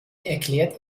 erklärt